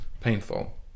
Painful